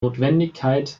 notwendigkeit